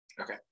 Okay